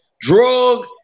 drug